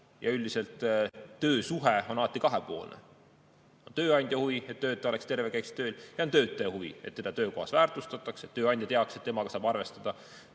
Üldiselt töösuhe on alati kahepoolne: on tööandja huvi, et töötaja oleks terve, käiks tööl, ja on töötaja huvi, et teda töökohas väärtustataks, et tööandja teaks, et temaga saab arvestada.